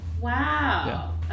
Wow